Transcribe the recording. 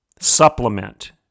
supplement